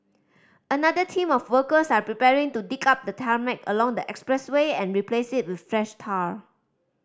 another team of workers are preparing to dig up the tarmac along the expressway and replace it with fresh tar